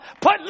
put